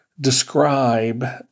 describe